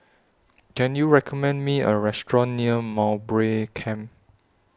Can YOU recommend Me A Restaurant near Mowbray Camp